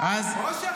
--- חבר הכנסת